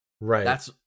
Right